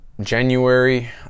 January